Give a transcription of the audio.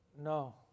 No